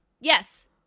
Yes